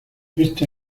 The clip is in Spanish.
este